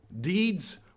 deeds